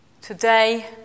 today